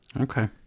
Okay